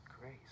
grace